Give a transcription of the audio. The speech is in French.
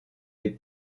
est